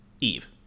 Eve